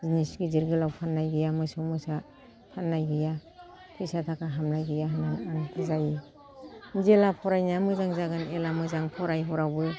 जिनिस गिदिर गोलाव फाननाय गैया मोसौ मोसा फाननाय गैया फैसा थाखा हाबबनाय गैया होननानै आं बुजायो जेला फरायनाया मोजां जागोन एला मोजां फराय हरावबो